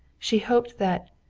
she hoped that,